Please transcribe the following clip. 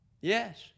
Yes